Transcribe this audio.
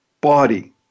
body